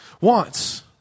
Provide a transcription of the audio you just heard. wants